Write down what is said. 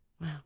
Wow